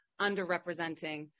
underrepresenting